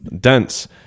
dense